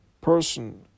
person